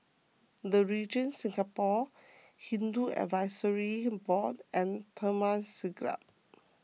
the Regent Singapore Hindu Advisory Board and Taman Siglap